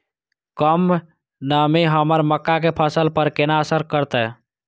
कम नमी हमर मक्का के फसल पर केना असर करतय?